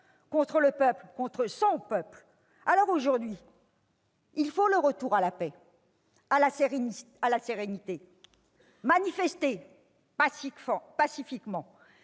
contre le peuple, contre son peuple ? Alors aujourd'hui, il faut le retour à la paix, à la sérénité, il faut manifester pacifiquement.